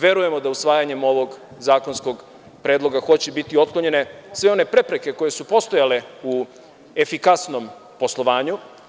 Verujemo da usvajanjem ovog zakonskog predloga hoće biti otklonjene sve one prepreke koje su postojale u efikasnom poslovanju.